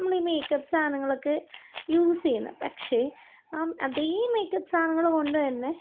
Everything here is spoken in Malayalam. നമ്മളീ മേക്കപ്പ് സാധനങ്ങളൊക്കെ യുസേയുന്നെ പക്ഷെ അ അതേ മേക്കപ്പ് സാധനങ്ങള് കൊണ്ടുതന്നെ